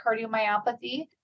cardiomyopathy